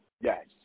Yes